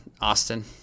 Austin